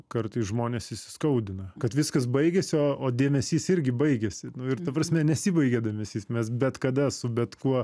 kartais žmonės įsiskaudina kad viskas baigėsi o dėmesys irgi baigėsi nu ir ta prasme nesibaigia dėmesys mes bet kada su bet kuo